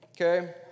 okay